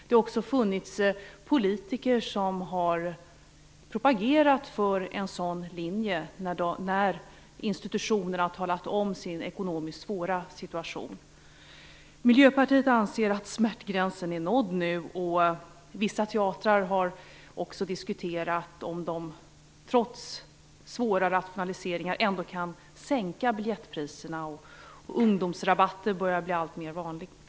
Det har också funnits politiker som har propagerat för en sådan linje när institutionerna har talat om sin ekonomiskt svåra situation. Miljöpartiet anser att smärtgränsen är nådd nu. Vissa teatrar har också diskuterat om de, trots svåra rationaliseringar, ändå kan sänka biljettpriserna. Ungdomsrabatter börjar också bli alltmer vanligt.